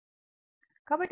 కాబట్టి impedance Z X 0